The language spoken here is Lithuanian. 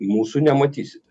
mūsų nematysite